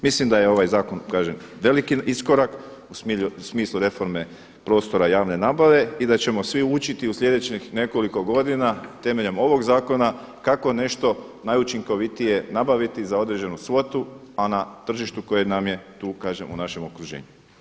Mislim da je ovaj zakon kažem veliki iskorak u smislu reforme prostora javne nabave i da ćemo svi učiti u slijedećih nekoliko godina temeljem ovog zakona kako nešto najučinkovitije nabaviti za određenu svotu a na tržištu koje nam je tu kažem u našem okruženju.